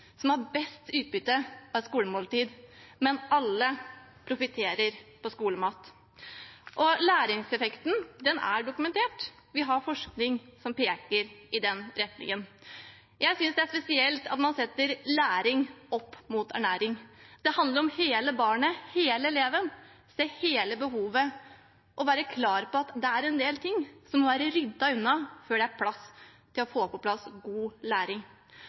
som har best utbytte av et skolemåltid, men alle profitterer på skolemat. Læringseffekten er dokumentert. Vi har forskning som peker i den retningen. Jeg synes det er spesielt at man setter læring opp mot ernæring. Det handler om hele barnet, hele eleven, om å se hele behovet og være klar på at det er en del ting som må være ryddet unna før det er rom for å få på plass god læring.